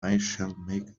make